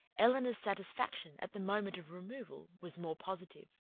elinor's satisfaction, at the moment of removal, was more positive.